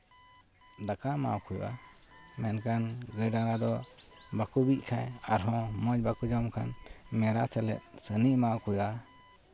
ᱫᱟᱠᱟ ᱮᱢᱟᱣᱠᱚ ᱦᱩᱭᱩᱜᱼᱟ ᱢᱮᱱᱠᱷᱟᱱ ᱜᱟᱹᱭ ᱰᱟᱝᱨᱟ ᱫᱚ ᱵᱟᱠᱚ ᱵᱤᱜ ᱠᱷᱟᱡ ᱟᱨᱦᱚᱸ ᱢᱚᱡᱽ ᱵᱟᱠᱚ ᱡᱚᱢ ᱠᱷᱟᱱ ᱢᱮᱨᱟ ᱥᱟᱛᱮᱜ ᱪᱷᱟᱹᱱᱤ ᱮᱢᱟᱣ ᱠᱚ ᱦᱩᱭᱩᱜᱼᱟ